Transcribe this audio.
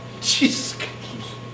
Jesus